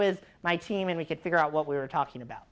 with my team and we could figure out what we were talking about